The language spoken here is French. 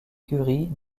curie